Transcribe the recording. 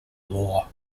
law